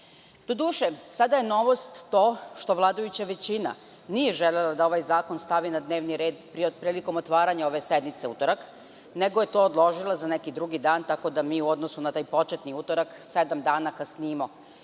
sada je novost to što vladajuća većina nije želela da ovaj zakon stavi na dnevni red prilikom otvaranja ove sednice u utorak, nego je to odložila za neki drugi dan, tako da mi, u odnosu na taj početni utorak, sedam dana kasnimo.